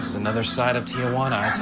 another side of tijuana, i